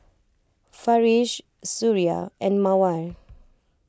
Farish Suria and Mawar